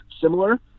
similar